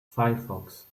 firefox